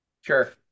Sure